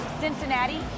Cincinnati